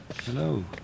Hello